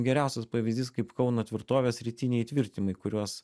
geriausias pavyzdys kaip kauno tvirtovės rytiniai įtvirtinimai kuriuos